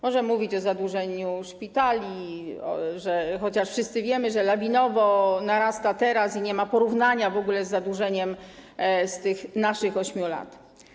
Może mówić o zadłużeniu szpitali, chociaż wszyscy wiemy, że lawinowo narasta teraz i nie ma porównania w ogóle z zadłużeniem z tych naszych 8 lat.